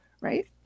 Right